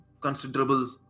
considerable